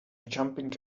jumping